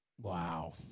Wow